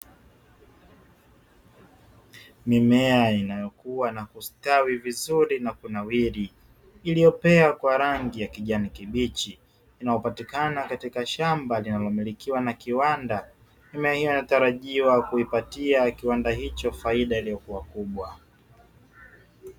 Mimea inayokua na kustawi vizuri na kunawiri, iliyopea kwa rangi ya kijani kibichi inayopatikana katika shamba linalomilikiwa na kiwanda mimea hiyo inayotarajiwa kukipatia kiwanda hicho faida kubwa.